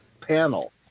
panel